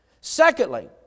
Secondly